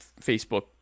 Facebook